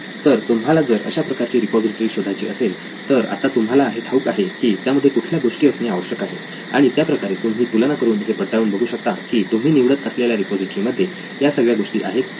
तर तुम्हाला जर अशा प्रकारची रिपॉझिटरी शोधायची असेल तर आता तुम्हाला हे ठाऊक आहे की त्यामध्ये कुठल्या गोष्टी असणे आवश्यक आहे आणि त्या प्रकारे तुम्ही तुलना करून हे पडताळून बघू शकता की तुम्ही निवडत असलेल्या रिपॉझिटरी मध्ये या सगळ्या गोष्टी आहेत की नाही